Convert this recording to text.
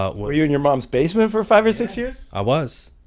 ah were you in your mom's basement for five or six years? i was.